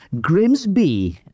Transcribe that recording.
Grimsby